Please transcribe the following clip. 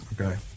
okay